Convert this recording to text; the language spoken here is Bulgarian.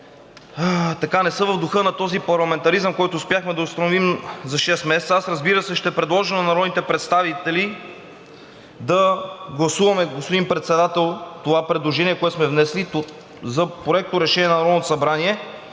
не са в духа на този парламентаризъм, който успяхме да установим за шест месеца. Аз, разбира се, ще предложа на народните представители да гласуваме, господин Председател, това предложение, което сме внесли за Проекторешение на Народното събрание.